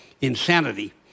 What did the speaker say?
insanity